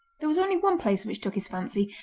there was only one place which took his fancy,